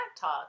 talk